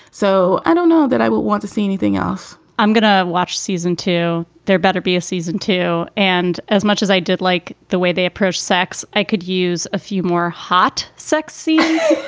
so i don't know that i would want to see anything else i'm going to watch season two. there better be a season two. and as much as i did like the way they approached sex, i could use a few more hot sex scenes